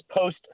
post